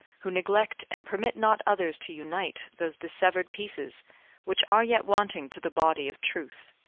who neglect and permit not others to unite those dissevered pieces which are yet wanting to the body of truth.